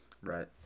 Right